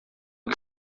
que